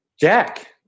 Jack